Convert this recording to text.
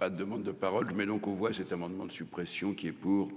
Ah. Demandes de paroles donc voit cet amendement de suppression qui est pour.